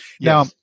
Now